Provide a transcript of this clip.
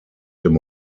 dem